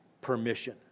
permission